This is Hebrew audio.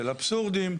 של אבסורדים,